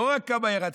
לא רק כמה ירד,